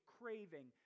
craving